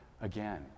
Again